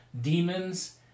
demons